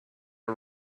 are